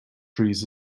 trees